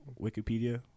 Wikipedia